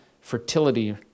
fertility